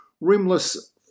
rimless